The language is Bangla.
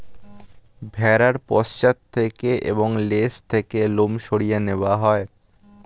ভেড়ার পশ্চাৎ থেকে এবং লেজ থেকে লোম সরিয়ে নেওয়া হয়